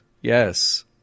Yes